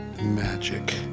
Magic